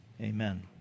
Amen